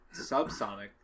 subsonic